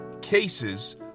cases